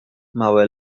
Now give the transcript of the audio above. małe